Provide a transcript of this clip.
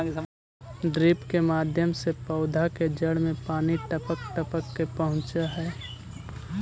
drip के माध्यम से पौधा के जड़ में पानी टपक टपक के पहुँचऽ हइ